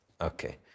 Okay